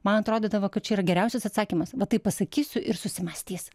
man atrodydavo kad čia yra geriausias atsakymas va taip pasakysiu ir susimąstys